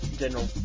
general